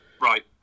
Right